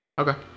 Okay